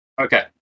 Okay